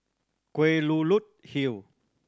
Kelulut Hill